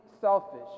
selfish